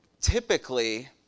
typically